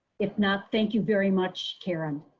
if not, thank you very much, karen.